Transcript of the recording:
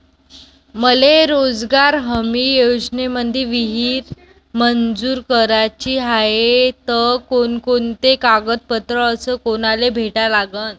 मले रोजगार हमी योजनेमंदी विहीर मंजूर कराची हाये त कोनकोनते कागदपत्र अस कोनाले भेटा लागन?